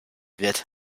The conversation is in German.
wird